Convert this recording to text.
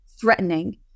threatening